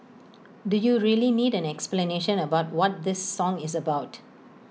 do you really need an explanation about what this song is about